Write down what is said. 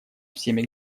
всеми